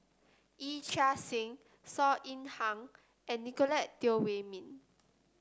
Yee Chia Hsing Saw Ean Ang and Nicolette Teo Wei Min